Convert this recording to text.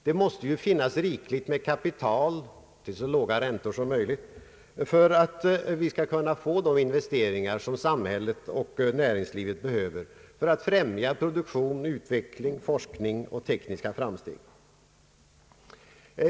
Det måste finnas riklig tillgång på kapital, till så låga räntor som möjligt, för att de investeringar skall kunna göras som samhället och näringslivet behöver när det gäller att främja produktion, utveckling, forskning och tekniska framsteg.